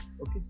okay